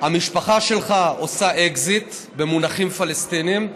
המשפחה שלך עושה אקזיט במונחים פלסטיניים,